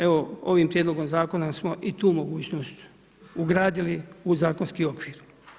Evo, ovi prijedlogom zakona smo i tu mogućnost ugradili u zakonski okvir.